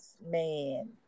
man